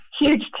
huge